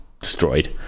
destroyed